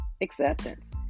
Acceptance